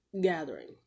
gathering